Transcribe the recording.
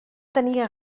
tenia